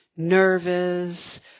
Nervous